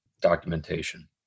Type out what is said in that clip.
documentation